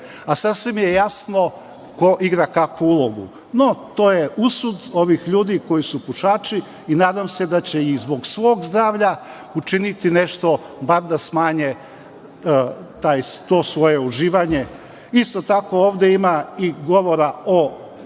a sasvim je jasno ko igra kakvu ulogu. No, to je usud ovih ljudi koji su pušači i nadam se da će, i zbog svog zdravlja, učiniti nešto, bar da smanje to svoje uživanje. Isto tako, ovde ima i govora o